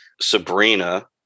Sabrina